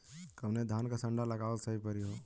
कवने धान क संन्डा लगावल सही परी हो?